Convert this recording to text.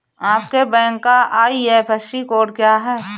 आपके बैंक का IFSC code क्या है?